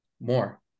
more